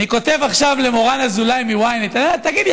אני כותב עכשיו למורן אזולאי מ-ynet: תגידי,